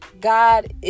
god